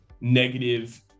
negative